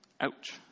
Ouch